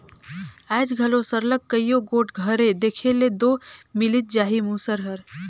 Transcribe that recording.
आएज घलो सरलग कइयो गोट घरे देखे ले दो मिलिच जाही मूसर हर